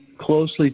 closely